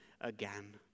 again